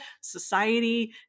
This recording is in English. society